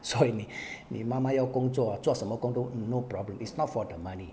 所以你你妈妈要工作 ah 做什么工都 no problem is not for the money